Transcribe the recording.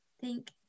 thank